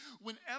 whenever